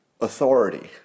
authority